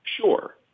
Sure